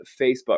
Facebook